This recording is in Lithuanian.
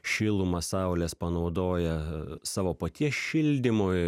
šilumą saulės panaudoja savo paties šildymui